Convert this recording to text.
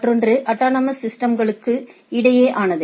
மற்றொன்று அட்டானமஸ் சிஸ்டம்களுக்கு இடையே ஆனது